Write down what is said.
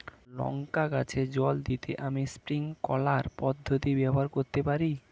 লঙ্কা গাছে জল দিতে আমি স্প্রিংকলার পদ্ধতি ব্যবহার করতে পারি?